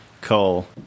Cole